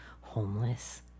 homeless